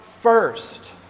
first